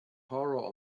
horror